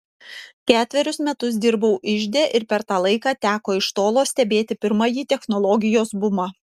ketverius metus dirbau ižde ir per tą laiką teko iš tolo stebėti pirmąjį technologijos bumą